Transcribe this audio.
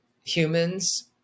humans